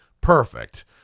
perfect